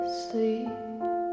sleep